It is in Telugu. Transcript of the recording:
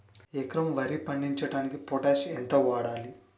ఎకరం వరి పండించటానికి పొటాష్ ఎంత వాడాలి?